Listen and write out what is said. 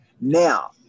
Now